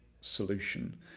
solution